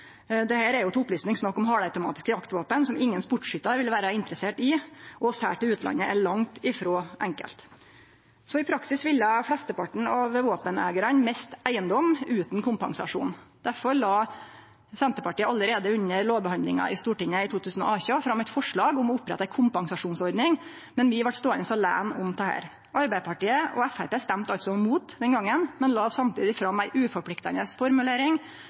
er til opplysning snakk om halvautomatiske jaktvåpen som ingen sportsskyttar vil vere interessert i, og å selje til utlandet er langt frå enkelt. I praksis ville flesteparten av våpeneigarane miste eigedom utan kompensasjon. Derfor la Senterpartiet allereie under lovbehandlinga i Stortinget i 2018 fram eit forslag om å opprette ei kompensasjonsordning, men vi vart ståande aleine om det. Arbeidarpartiet og Framstegspartiet stemte altså mot den gongen, men la samtidig fram ei uforpliktande formulering